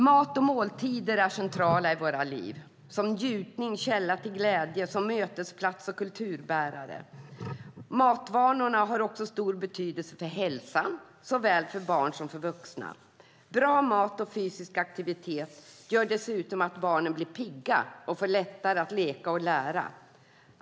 Mat och måltider är centrala i våra liv, som njutning, som källa till glädje, som mötesplats och kulturbärare. Matvanorna har också stor betydelse för hälsan, såväl för barn som för vuxna. Bra mat och fysisk aktivitet gör dessutom att barnen blir pigga och får lättare att leka och lära.